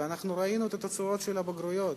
וראינו את התוצאות של הבגרויות.